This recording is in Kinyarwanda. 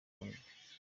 uganda